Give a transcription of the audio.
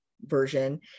version